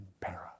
Para